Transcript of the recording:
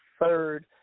third